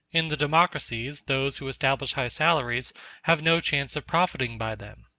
in the democracies those who establish high salaries have no chance of profiting by them